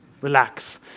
relax